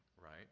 right